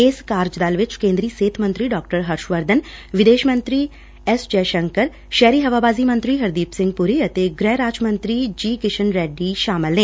ਇਸ ਕਾਰਜ ਦਲ ਵਿਚ ਕੇਂਦਰੀ ਸਿਹਤ ਮੰਤਰੀ ਡਾਕਟਰ ਹਰਸ਼ਵਰਧਨ ਵਿਦੇਸ਼ ਮੰਤਰੀ ਐਸ ਜੈ ਸ਼ੰਕਰ ਸ਼ਹਿਰੀ ਹਵਾਬਾਜ਼ੀ ਮੰਤਰੀ ਹਰਦੀਪ ਸਿੰਘ ਪੁਰੀ ਅਤੇ ਗ੍ਹਿ ਰਾਜ ਮੰਤਰੀ ਜੀ ਕ੍ਰਿਸ਼ਨ ਰੈਡੀ ਸ਼ਾਮਲ ਨੇ